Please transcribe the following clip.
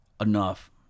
enough